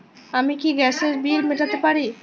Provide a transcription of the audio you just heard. আমি কি গ্যাসের বিল মেটাতে পারি?